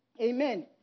Amen